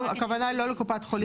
הכוונה היא לא לקופת חולים.